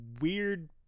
weird